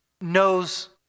knows